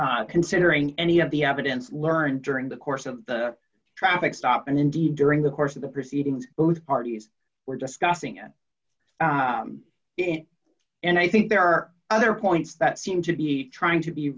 from considering any of the evidence learned during the course of the traffic stop and indeed during the course of the proceedings both parties were discussing it and i think there are other points that seem to be trying to be